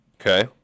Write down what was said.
Okay